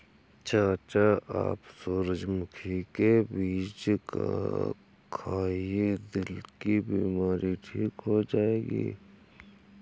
चाचा आप सूरजमुखी के बीज खाइए, दिल की बीमारी ठीक हो जाएगी